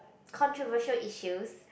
controversial issues